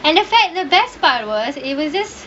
and in fact the best part was it was this